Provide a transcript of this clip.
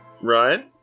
Ryan